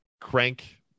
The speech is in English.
crank